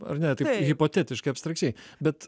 ar ne taip hipotetiškai abstrakčiai bet